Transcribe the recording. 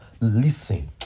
listen